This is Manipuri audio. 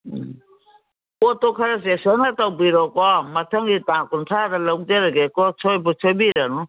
ꯎꯝ ꯄꯣꯠꯇꯣ ꯈꯔ ꯆꯦꯛꯁꯟꯅ ꯇꯧꯕꯤꯔꯣꯀꯣ ꯃꯊꯪꯒꯤ ꯇꯥꯡ ꯀꯨꯟꯊ꯭ꯔꯥꯗ ꯂꯧꯖꯔꯒꯦꯀꯣ ꯁꯣꯏꯕꯨ ꯁꯣꯏꯕꯤꯔꯅꯨ